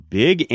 big